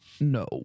No